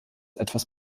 etwas